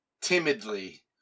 Timidly